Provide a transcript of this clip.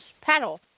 paddle